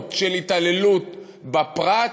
עוולות של התעללות בפרט,